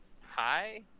hi